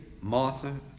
Martha